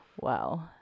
Wow